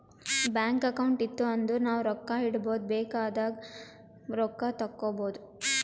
bank account ಇತ್ತು ಅಂದುರ್ ನಾವು ರೊಕ್ಕಾ ಇಡ್ಬೋದ್ ಬೇಕ್ ಆದಾಗ್ ರೊಕ್ಕಾ ತೇಕ್ಕೋಬೋದು